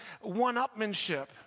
one-upmanship